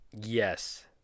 Yes